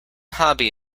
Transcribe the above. hobby